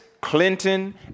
Clinton